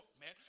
man